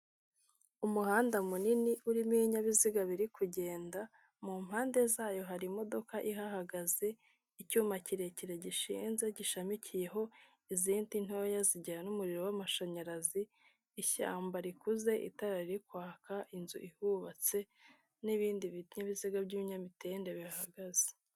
Umuhanda munini urimo ibinyabiziga biri kugenda, mu mpande zayo hari imodoka ihagaze, icyuma kirekire gishinze gishamikiyeho izindi ntoya zijyana umuriro w'amashanyarazi, ishyamba rikuze, itara riri kwaka, inzu ihubatse n'ibindi binyabiziga by'ibinyamitende bihahagaze.